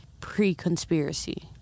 pre-conspiracy